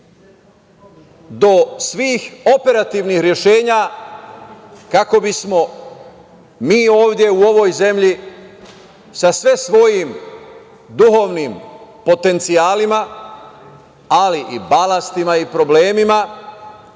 do svih operativnih rešenja kako bismo mi ovde u ovoj zemlji, sa sve svojim duhovnim potencijalima, ali i balastima i problemima,